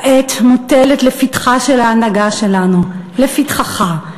כעת מוטלת לפתחה של ההנהגה שלנו, לפתחך,